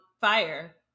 fire